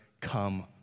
come